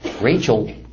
Rachel